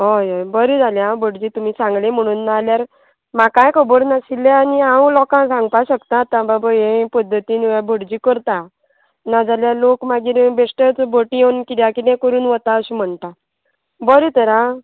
हय हय बरें जालें आं भटजी तुमी सांगली म्हणून ना जाल्यार म्हाकाय खबर नाशिल्ले आनी हांव लोकांक सांगपा शकता आतां बाबा हे पद्दतीन भटजी करता नाजाल्या लोक मागीर बेश्टेच भट येवन किद्या किदें करून वता अशें म्हणटा बरें तर आ